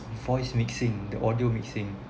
for his mixing the audio mixing